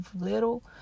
little